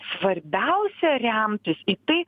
svarbiausia remtis į tai